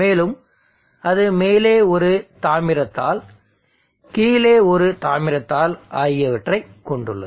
மேலும் அது மேலே ஒரு தாமிர தாள் கீழே ஒரு தாமிர தாள் ஆகியவற்றைக் கொண்டுள்ளது